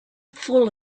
full